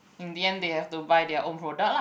in the end they have to buy their own product lah